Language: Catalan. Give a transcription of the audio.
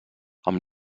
amb